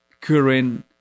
current